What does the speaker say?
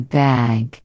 bag